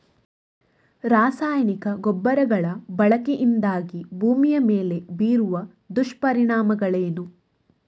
ರಾಸಾಯನಿಕ ಗೊಬ್ಬರಗಳ ಬಳಕೆಯಿಂದಾಗಿ ಭೂಮಿಯ ಮೇಲೆ ಬೀರುವ ದುಷ್ಪರಿಣಾಮಗಳೇನು?